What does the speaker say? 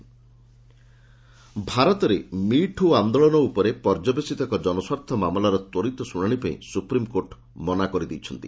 SC me too ଭାରତରେ me too ଆନ୍ଦୋଳନ ଉପରେ ପର୍ଯ୍ୟବେସିତ ଏକ ଜନସ୍ୱାର୍ଥ ମାମଲାର ତ୍ୱରିତ ଶୁଣାଣି ପାଇଁ ସୁପ୍ରିମକୋର୍ଟ ମନା କରିଦେଇଛନ୍ତି